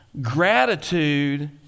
gratitude